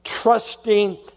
trusting